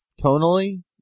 tonally